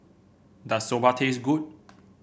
does Soba taste good